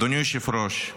אדוני היושב-ראש,